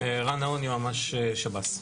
עירן נהון, יועמ"ש שב"ס.